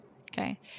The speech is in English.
Okay